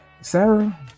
Sarah